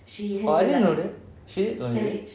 oh I didn't know that she did lingerie